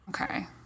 Okay